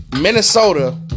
Minnesota